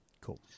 Cool